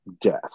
death